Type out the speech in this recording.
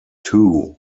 too